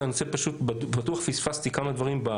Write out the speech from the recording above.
בטוח פספסתי כמה דברים.